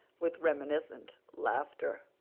with reminiscent laughter.